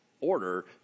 order